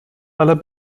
aller